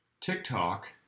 TikTok